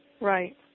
Right